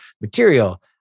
material